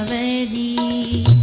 um a the